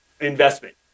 investment